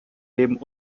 neben